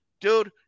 Dude